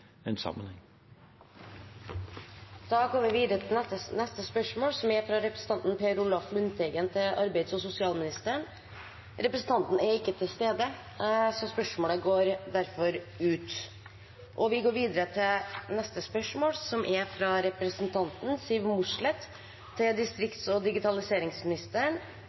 Representanten Per Olaf Lundteigen er ikke til stede, så spørsmålet utgår derfor. Vi går videre til neste spørsmål. Dette spørsmålet, fra representanten Siv Mossleth til distrikts- og digitaliseringsministeren,